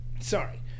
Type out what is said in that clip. sorry